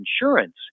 insurance